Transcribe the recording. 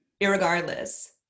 irregardless